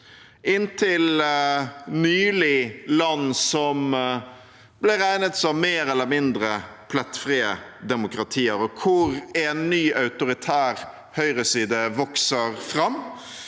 inntil nylig ble regnet som mer eller mindre plettfrie demokratier, hvor en ny autoritær høyreside vokser fram.